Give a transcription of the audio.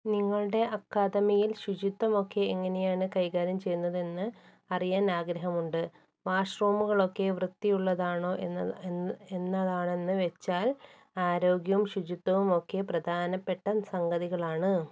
നിങ്ങളുടെ അക്കാദമിയിൽ ശുചിത്വമൊക്കെ എങ്ങനെയാണ് കൈകാര്യം ചെയ്യുന്നതെന്ന് അറിയാൻ ആഗ്രഹമുണ്ട് വാഷ്റൂമുകളൊക്കെ വൃത്തിയുള്ളതാണോ എന്നതാണെന്ന് വെച്ചാൽ ആരോഗ്യവും ശുചിത്വവുമൊക്കെ പ്രധാനപ്പെട്ട സംഗതികളാണ്